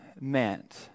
meant